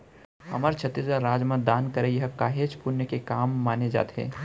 हमर छत्तीसगढ़ राज म दान करई ह काहेच पुन्य के काम माने जाथे